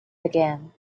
again